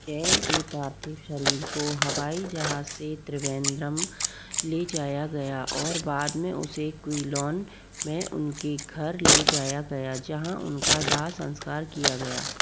जयन के पार्थिव शरीर को हवाई जहाज से त्रिवेंद्रम ले जाया गया और बाद में उसे क्विलोन में उनके घर ले जाया गया जहाँ उनका दाह संस्कार किया गया